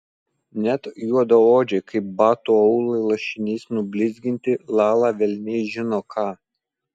net juodaodžiai kaip batų aulai lašiniais nublizginti lala velniai žino ką